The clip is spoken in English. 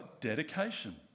dedication